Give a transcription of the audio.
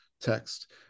text